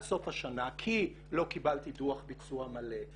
סוף השנה כי לא קיבלתי דוח ביצוע מלא,